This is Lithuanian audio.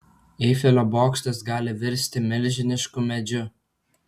eifelio bokštas gali virsti milžinišku medžiu